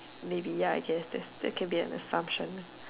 maybe ya I guess that that can be an assumption